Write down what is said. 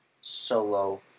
Solo